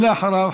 ואחריו,